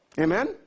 Amen